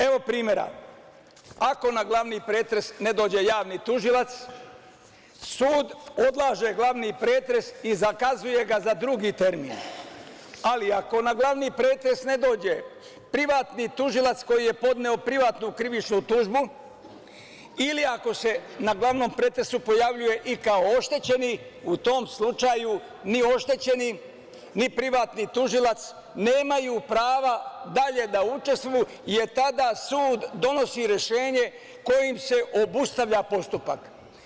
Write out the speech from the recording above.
Evo primera, ako na glavni pretres ne dođe javni tužilac, sud odlaže glavni pretres i zakazuje ga za drugi termin, ali ako na glavni pretres ne dođe privatni tužilac koji je podneo privatnu krivičnu tužbu ili ako se na glavnom pretresu pojavljuje i kao oštećeni, u tom slučaju ni oštećeni, ni privatni tužilac nemaju prava dalje da učestvuju, jer tada sud donosi rešenje kojim se obustavlja postupak.